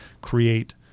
create